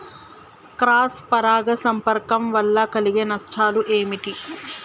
Cross పరాగ సంపర్కం వల్ల కలిగే నష్టాలు ఏమిటి?